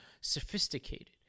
sophisticated